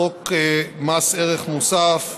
החוק מס ערך מוסף (תיקון,